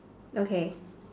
okay